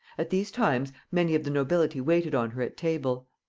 at these times many of the nobility waited on her at table.